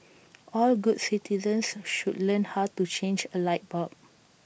all good citizens should learn how to change A light bulb